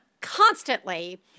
constantly